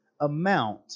amount